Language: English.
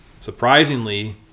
surprisingly